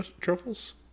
Truffles